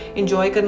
enjoy